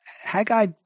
Haggai